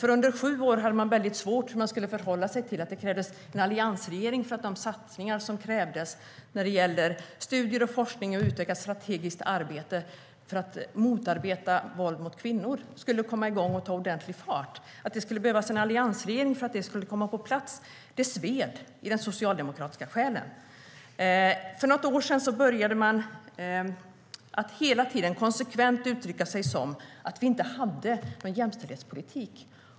Under sju år hade man väldigt svårt att förhålla sig till att det krävdes en alliansregering för att satsningarna på studier, forskning och utveckling av strategiskt arbete för att motarbeta våld mot kvinnor skulle komma igång och ta ordentlig fart. Att det behövdes en alliansregering för att det skulle komma på plats sved i den socialdemokratiska själen. För något år sedan började man konsekvent uttrycka sig som att vi inte hade någon jämställdhetspolitik.